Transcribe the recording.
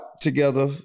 together